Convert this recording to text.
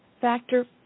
Factor